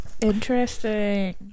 interesting